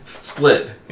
split